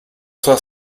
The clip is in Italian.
sua